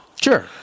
Sure